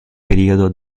periodo